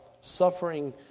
suffering